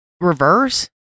reverse